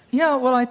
yeah. well, like